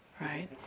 right